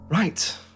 Right